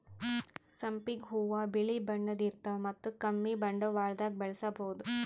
ಸಂಪಿಗ್ ಹೂವಾ ಬಿಳಿ ಬಣ್ಣದ್ ಇರ್ತವ್ ಮತ್ತ್ ಕಮ್ಮಿ ಬಂಡವಾಳ್ದಾಗ್ ಬೆಳಸಬಹುದ್